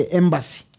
embassy